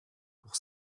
pour